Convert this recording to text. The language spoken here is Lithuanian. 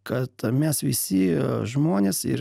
kad mes visi žmonės ir